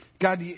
God